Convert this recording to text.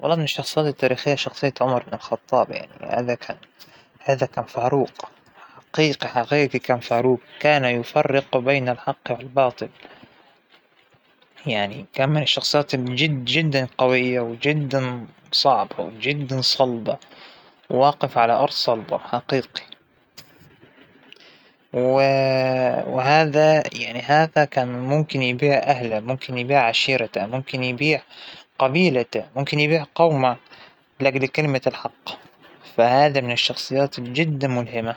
مو شخصية واحدة، كل مجال فى نوابغ وأشخاص الواحد يعجب فيهم، ما فينى أحصر إعجابى بشخصية تاريخية واحدة لأ، لكن إحكيلى إيش عجبك بال م فال- فى مجال العلم، اش عجبك بمجال الفن، اش عجبك، كل مجال وفى الشخصيات البارزة، اللى مرة تعجبنى، ومرة أكنت بى أقابلها وأبى أقرأ عنها.